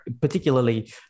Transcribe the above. particularly